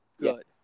good